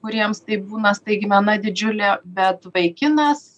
kuriems tai būna staigmena didžiulė bet vaikinas